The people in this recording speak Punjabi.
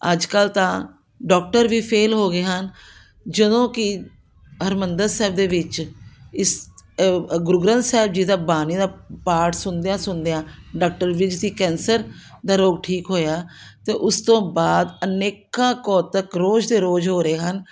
ਅੱਜ ਕੱਲ੍ਹ ਤਾਂ ਡੋਕਟਰ ਵੀ ਫੇਲ੍ਹ ਹੋ ਗਏ ਹਨ ਜਦੋਂ ਕਿ ਹਰਿਮੰਦਰ ਸਾਹਿਬ ਦੇ ਵਿੱਚ ਇਸ ਗੁਰੂ ਗ੍ਰੰਥ ਸਾਹਿਬ ਜੀ ਦਾ ਬਾਣੀ ਦਾ ਪਾਠ ਸੁਣਦਿਆਂ ਸੁਣਦਿਆਂ ਡਾਕਟਰ ਕੈਂਸਰ ਦਾ ਰੋਗ ਠੀਕ ਹੋਇਆ ਅਤੇ ਉਸ ਤੋਂ ਬਾਅਦ ਅਨੇਕਾਂ ਕੌਤਕ ਰੋਜ਼ ਦੇ ਰੋਜ਼ ਹੋ ਰਹੇ ਹਨ